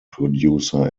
producer